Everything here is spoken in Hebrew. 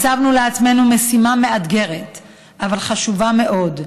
הצבנו לעצמנו משימה מאתגרת אבל חשובה מאוד,